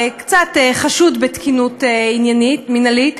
קצת חשוד בתקינות מינהלית.